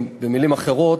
במילים אחרות,